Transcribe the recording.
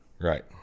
Right